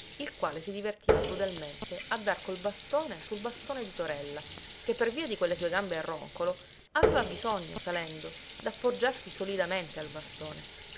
il quale si divertiva crudelmente a dar col bastone sul bastone di torella che per via di quelle sue gambe a roncolo aveva bisogno salendo d'appoggiarsi solidamente al bastone